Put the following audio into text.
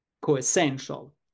co-essential